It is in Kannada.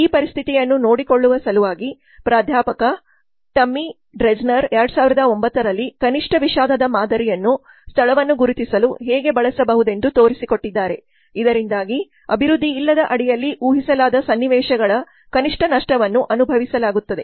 ಈ ಪರಿಸ್ಥಿತಿಯನ್ನು ನೋಡಿಕೊಳ್ಳುವ ಸಲುವಾಗಿ ಪ್ರಾಧ್ಯಾಪಕ ಟಮ್ಮಿ ಡ್ರೆಜ್ನರ್ 2009 ರಲ್ಲಿ ಕನಿಷ್ಠ ವಿಷಾದದ ಮಾದರಿಯನ್ನು ಸ್ಥಳವನ್ನು ಗುರುತಿಸಲು ಹೇಗೆ ಬಳಸಬಹುದೆಂದು ತೋರಿಸಿಕೊಟ್ಟಿದ್ದಾರೆ ಇದರಿಂದಾಗಿ ಅಭಿವೃದ್ಧಿಯಿಲ್ಲದ ಅಡಿಯಲ್ಲಿ ಊಹಿಸಲಾದ ಸನ್ನಿವೇಶಗಳ ಕನಿಷ್ಠ ನಷ್ಟವನ್ನು ಅನುಭವಿಸಲಾಗುತ್ತದೆ